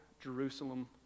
Jerusalem